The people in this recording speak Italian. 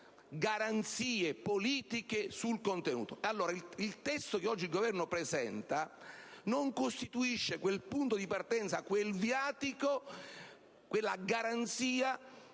Il testo che oggi il Governo presenta non costituisce quel punto di partenza, quel viatico e quella garanzia